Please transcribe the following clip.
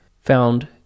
found